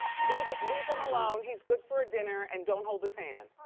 leave leave him alone, he's good for a dinner, and don't hold his hand.